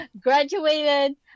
graduated